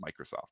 Microsoft